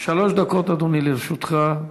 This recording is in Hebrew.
שלוש דקות, אדוני, לרשותך.